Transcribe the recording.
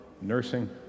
nursing